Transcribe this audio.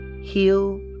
Heal